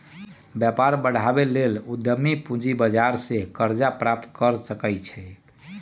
व्यापार बढ़ाबे के लेल उद्यमी पूजी बजार से करजा प्राप्त कर सकइ छै